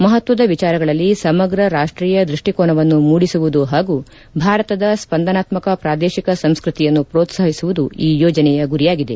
ಮಹತ್ವದ ವಿಚಾರಗಳಲ್ಲಿ ಸಮಗ್ರ ರಾಷ್ಟೀಯ ದೃಷ್ಟಿ ಕೋನವನ್ನು ಮೂಡಿಸುವುದು ಹಾಗೂ ಭಾರತದ ಸ್ಪಂದನಾತ್ಮಕ ಪ್ರಾದೇಶಿಕ ಸಂಸ್ಕೃತಿಯನ್ನು ಪ್ರೋತ್ಸಾಹಿಸುವುದು ಈ ಯೋಜನೆಯ ಗುರಿಯಾಗಿದೆ